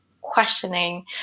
questioning